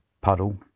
puddle